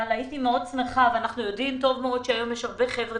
אנחנו יודעים טוב מאוד שהיום יש הרבה חבר'ה